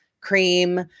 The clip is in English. cream